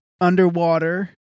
underwater